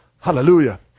Hallelujah